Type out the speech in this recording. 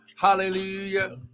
Hallelujah